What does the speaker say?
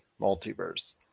Multiverse